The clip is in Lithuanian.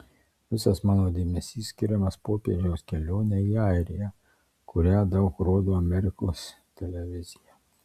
visas mano dėmesys skiriamas popiežiaus kelionei į airiją kurią daug rodo amerikos televizija